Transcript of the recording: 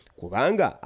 kubanga